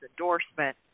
endorsement